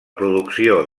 producció